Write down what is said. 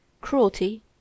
cruelty